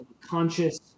conscious